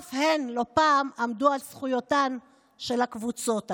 אף הוא לא פעם עמד על זכויותיהן של הקבוצות האלה.